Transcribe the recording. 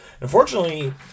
unfortunately